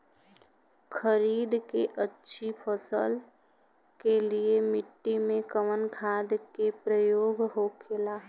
खरीद के अच्छी फसल के लिए मिट्टी में कवन खाद के प्रयोग होखेला?